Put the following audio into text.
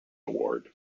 award